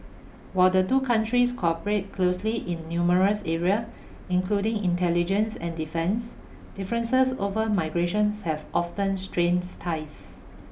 while the two countries cooperate closely in numerous area including intelligence and defense differences over migration have often strains ties